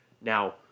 now